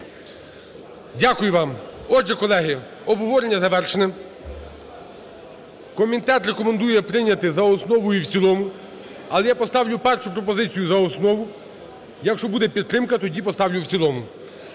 Дякую вам. Отже, колеги, обговорення завершене. Комітет рекомендує прийняти за основу і в цілому, але я поставлю першу пропозицію за основу. Якщо буде підтримка, тоді поставлю в цілому.